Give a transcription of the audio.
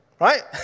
right